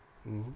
mmhmm